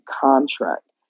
contract